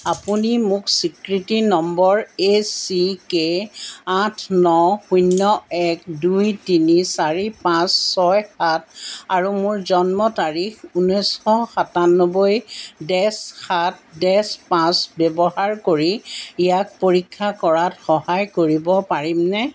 আপুনি মোক স্বীকৃতি নম্বৰ এইচ চি কে আঠ ন শূন্য এক দুই তিনি চাৰি পাঁচ ছয় সাত আৰু মোৰ জন্ম তাৰিখ ঊনৈছশ সাতানব্বৈ ডেচ সাত ডেচ পাঁচ ব্যৱহাৰ কৰি ইয়াক পৰীক্ষা কৰাত সহায় কৰিব পাৰিমনে